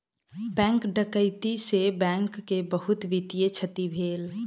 bank डकैती से bank के बहुत वित्तीय क्षति भेल